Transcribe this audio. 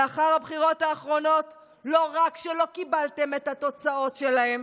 לאחר הבחירות האחרונות לא רק שלא קיבלתם את התוצאות שלהם,